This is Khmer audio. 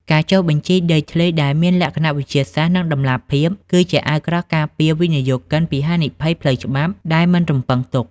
ការចុះបញ្ជីដីធ្លីដែលមានលក្ខណៈវិទ្យាសាស្ត្រ និងតម្លាភាព គឺជាអាវក្រោះការពារវិនិយោគិនពីហានិភ័យផ្លូវច្បាប់ដែលមិនរំពឹងទុក។